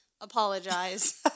apologize